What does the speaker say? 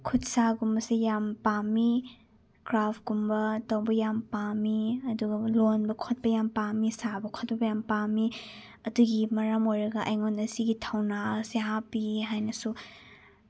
ꯈꯨꯠꯁꯥꯒꯨꯝꯕꯁꯦ ꯌꯥꯝ ꯄꯥꯝꯃꯤ ꯀ꯭ꯔꯥꯐꯀꯨꯝꯕ ꯇꯧꯕ ꯌꯥꯝ ꯄꯥꯝꯃꯤ ꯑꯗꯨꯒ ꯂꯣꯟꯕ ꯈꯣꯠꯄ ꯌꯥꯝ ꯄꯥꯝꯃꯤ ꯁꯥꯕ ꯈꯣꯠꯄ ꯌꯥꯝ ꯄꯥꯝꯃꯤ ꯑꯗꯨꯒꯤ ꯃꯔꯝ ꯑꯣꯏꯔꯒ ꯑꯩꯉꯣꯟꯗ ꯁꯤꯒꯤ ꯊꯧꯅꯥ ꯑꯁꯤ ꯍꯥꯞꯄꯤ ꯍꯥꯏꯅꯁꯨ